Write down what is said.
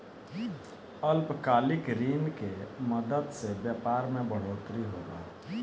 अल्पकालिक ऋण के मदद से व्यापार मे बढ़ोतरी होला